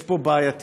יש פה בעייתיות